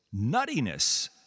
nuttiness